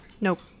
Nope